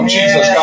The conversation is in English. Jesus